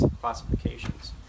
classifications